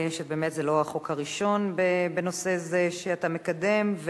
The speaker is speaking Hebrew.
שבאמת זה לא החוק הראשון בנושא זה שאתה מקדם.